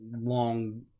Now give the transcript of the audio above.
long